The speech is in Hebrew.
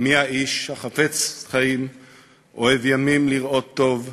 "מי האיש החפץ חיים אֹהב ימים לראות טוב.